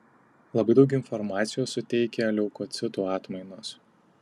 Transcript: labai daug informacijos suteikia leukocitų atmainos